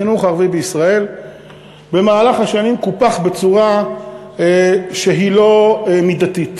החינוך הערבי בישראל במהלך השנים קופח בצורה שהיא לא מידתית,